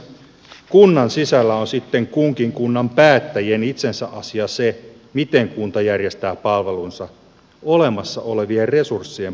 kunnan sisällä on sitten kunkin kunnan päättäjien itsensä asia se miten kunta järjestää palvelunsa olemassa olevien resurssien puitteissa